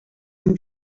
sind